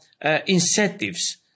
incentives